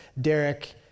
Derek